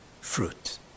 fruit